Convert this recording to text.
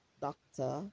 doctor